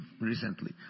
recently